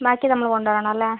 ബാക്കി നമ്മൾ കൊണ്ടുവരണം അല്ലേ